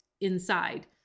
inside